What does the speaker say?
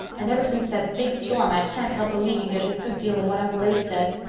and ever since the big storm i can't help believing there's a good deal in what uncle abe says.